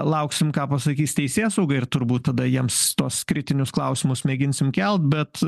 lauksim ką pasakys teisėsauga ir turbūt tada jiems tuos kritinius klausimus mėginsim kelt bet